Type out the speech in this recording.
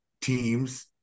teams